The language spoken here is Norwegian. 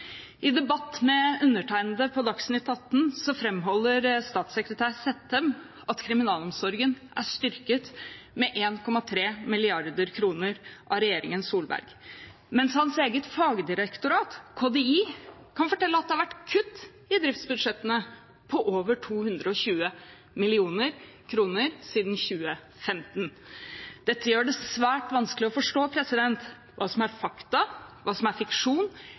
I debatt med undertegnede på Dagsnytt 18 framholder statssekretær Sættem at kriminalomsorgen er styrket med 1,3 mrd. kr av regjeringen Solberg, mens hans eget fagdirektorat, KDI, kan fortelle at det har vært kutt i driftsbudsjettene på over 220 mill. kr siden 2015. Dette gjør det svært vanskelig å forstå hva som er fakta, hva som er fiksjon